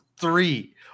three